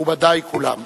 מכובדי כולם.